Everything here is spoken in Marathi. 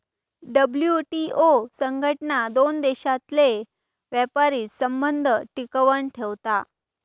डब्ल्यूटीओ संघटना दोन देशांतले व्यापारी संबंध टिकवन ठेवता